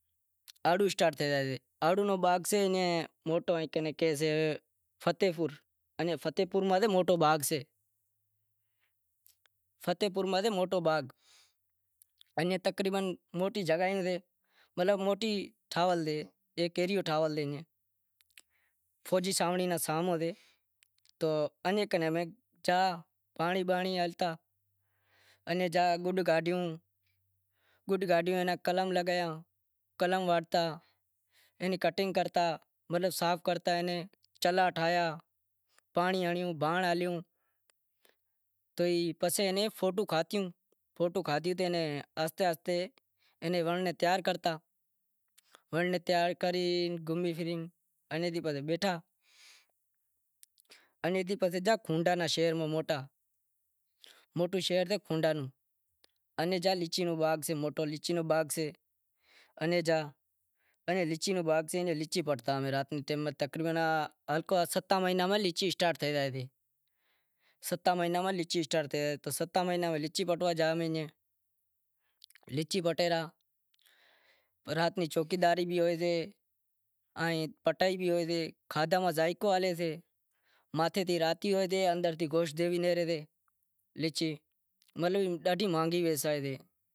آڑو اسٹارٹ تھے زائیشے، آڑو نو موٹے ماں موٹو باغ سے فتح پور ماتھے، موٹو باغ، ایئں تقریبن موٹیں جگہیں سیں، ماناں تقریبن ایک موٹو کیریو ٹھاول سے ، تو انیں کنیں میں پانڑی بانڑی ہلتا، انیں جا گڈ کاڈھیوں قلم لگایوں، قلم نی کٹنک کرتا انیں صفائی کرتا جھنگلا ٹھائیا، پانڑی ہنڑیوں، بھانڑ ہالیوں، تو ئی پسے آہستے آہستے تیار کرتا، تیار کری گھومی فری پسے بیٹھا انی تی پسے شہر میں گیا، لیچھی نو باغ سے موٹو، ستاں مہیناں ماں لیچھی اسٹارٹ تھے زائے تی، لیچھی وڈھے ریا رات نیں چوکیداری بھی ہوئی سے انیں بٹائی بھی ہوئی سے۔